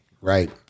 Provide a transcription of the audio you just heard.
Right